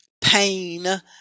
pain